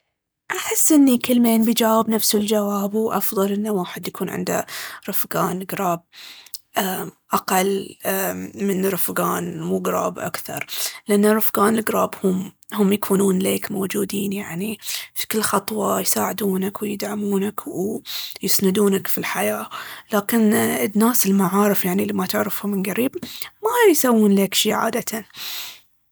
أحس إن كل مين بيجاوب نفس الجواب: هو أفضل إنه واحد يكون عنده رفقان قراب أمم أقل أمم من رفقان مو قراب أكثر. لأن الرفقان القراب هم- هم يكونون ليك موجودين يعني، في كل خطوة يساعدونك ويدعمونك ويسندونك في الحياة. لكن الناس المعارف يعني اللي ما تعرفهم من قريب ما يسوون ليك شي عادةً.